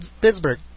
Pittsburgh